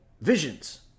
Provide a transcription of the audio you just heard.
visions